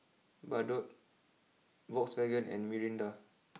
Bardot Volkswagen and Mirinda